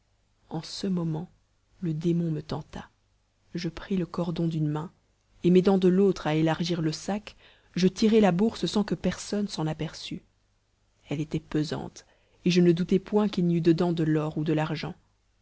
en ce moment le démon me tenta je pris le cordon d'une main et m'aidant de l'autre à élargir le sac je tirai la bourse sans que personne s'en aperçut elle était pesante et je ne doutai point qu'il n'y eût dedans de l'or ou de l'argent